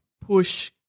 push